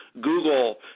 Google